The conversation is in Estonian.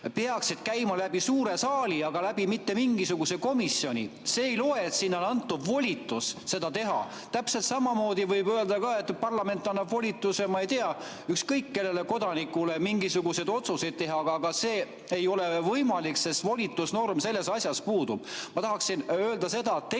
peaksid käima suure saali kaudu, mitte mingisuguse komisjoni kaudu. See ei loe, et sinna on antud volitus seda teha. Täpselt samamoodi võib öelda, et parlament annab volituse, ma ei tea, ükskõik millisele kodanikule mingisuguseid otsuseid teha, aga see ei ole võimalik, sest volitusnorm selles asjas puudub. Ma tahan öelda seda, et tegelikult